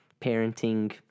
parenting